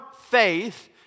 faith